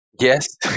Yes